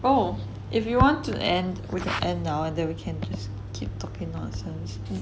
oh if you want to end we can end now and then we can keep talking nonsense